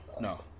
no